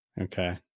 Okay